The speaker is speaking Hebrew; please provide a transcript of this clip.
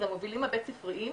מובילים בית ספריים,